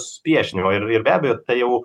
supriešinimo ir be abejo tai jau